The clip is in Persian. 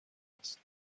است